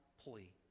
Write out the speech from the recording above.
plea